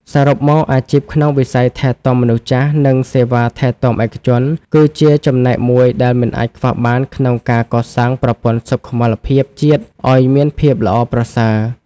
សរុបមក អាជីពក្នុងវិស័យថែទាំមនុស្សចាស់ និងសេវាថែទាំឯកជន គឺជាចំណែកមួយដែលមិនអាចខ្វះបានក្នុងការកសាងប្រព័ន្ធសុខុមាលភាពជាតិឱ្យមានភាពល្អប្រសើរ។